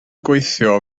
gweithio